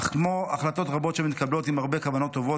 אך כמו החלטות רבות שמתקבלות עם הרבה כוונות טובות,